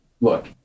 look